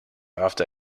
after